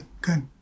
good